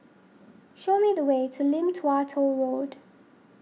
show me the way to Lim Tua Tow Road